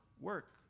work